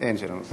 אין שאלה נוספת.